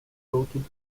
coated